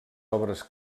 obres